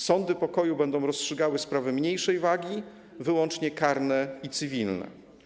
Sądy pokoju będą rozstrzygały sprawy mniejszej wagi, wyłącznie karne i cywilne.